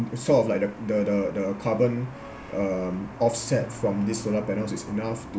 sort of like the the the the carbon um offset from this solar panels is enough